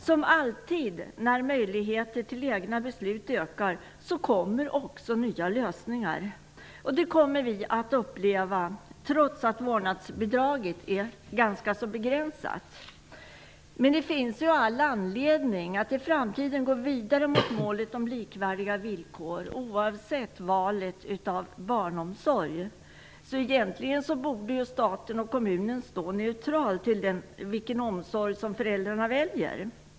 Som alltid när möjligheter till egna beslut ökar kommer också nya lösningar. Det kommer vi att uppleva trots att vårdnadsbidraget är ganska så begränsat. Det finns all anledning att i framtiden gå vidare mot målet om likvärdiga villkor oavsett valet av barnomsorg. Stat och kommun borde egentligen stå helt neutrala till vilken barnomsorg som föräldrarna väljer.